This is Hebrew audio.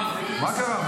מה קרה?